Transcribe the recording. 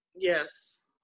Yes